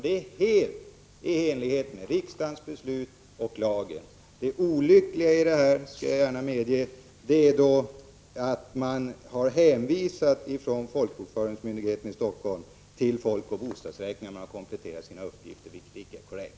Detta sker helt i enlighet med riksdagens beslut och enligt lagen. Det olyckliga, det skall jag gärna medge, är att folkbokföringsmyndigheten i Helsingfors har hänvisat till folkoch bostadsräkningen när man har kompletterat sina uppgifter, och det är icke korrekt.